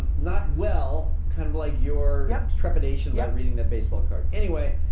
not well, kind of like your yeah trepidation without reading that baseball card. anyway,